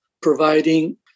providing